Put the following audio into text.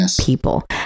people